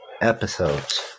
episodes